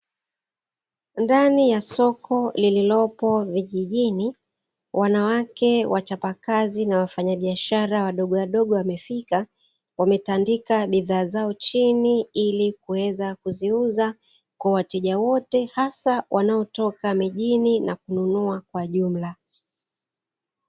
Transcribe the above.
Ndani ya soko lililopo vijijini, wanawake wachapakazi na wafanyabiashara wadogowadogo wamefika, wametandika bidhaa zao chini ili kuweza kuziuza kwa wateja wote hasa waliotoka mijini na kununua kwa jumla.